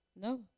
no